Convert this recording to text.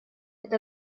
это